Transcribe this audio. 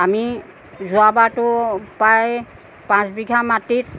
আমি যোৱাবাৰতো প্ৰায় পাঁচ বিঘা মাটিত